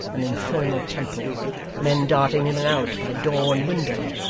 an infernal temple men darting in and out, by door and window,